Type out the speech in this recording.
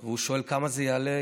הוא שואל: כמה זה יעלה?